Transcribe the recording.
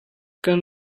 kan